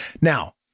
Now